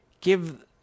give